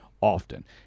often